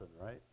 right